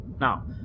Now